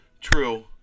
True